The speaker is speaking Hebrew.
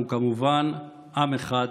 אנחנו כמובן עם אחד,